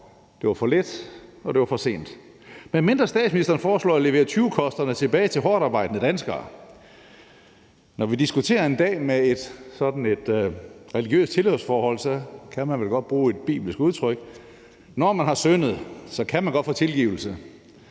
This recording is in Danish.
Det var for lidt, og det var for sent – medmindre statsministeren foreslår at levere tyvekosterne tilbage til de hårdtarbejdende danskere. Når vi diskuterer en dag, der har sådan et religiøst tilhørsforhold, kan man vel godt bruge et bibelsk udtryk: Når man har syndet, kan man godt få tilgivelse,